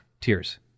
tears